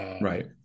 right